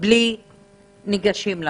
בלי ניגשים למכרז,